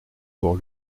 pour